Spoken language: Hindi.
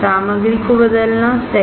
सामग्री को बदलना सही